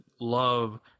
love